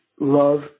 love